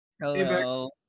Hello